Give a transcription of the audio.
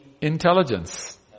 Intelligence